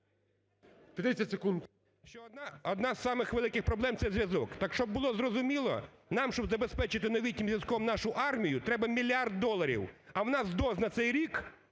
одна з самих великих проблем – це зв'язок. Так щоб було зрозуміло, нам, щоб забезпечити новітнім зв’язком нашу армію, треба мільярд доларів, а в нас доз на це рік